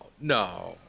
no